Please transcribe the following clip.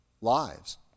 lives